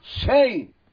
Say